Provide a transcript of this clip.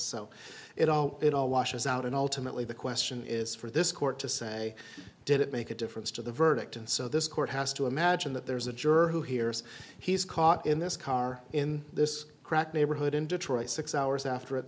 so it all it all washes out and ultimately the question is for this court to say did it make a difference to the verdict and so this court has to imagine that there's a juror who hears he's caught in this car in this crack neighborhood in detroit six hours after it